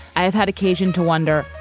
i have had occasion to wonder,